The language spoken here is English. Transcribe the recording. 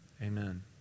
Amen